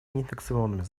неинфекционными